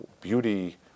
Beauty